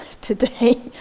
today